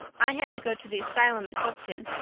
i had to go to the asylum at hopeton,